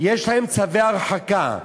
יש להם צווי הרחקה.